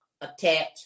attach